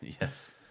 Yes